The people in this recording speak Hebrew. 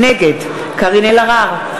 נגד קארין אלהרר,